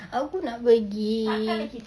aku nak pergi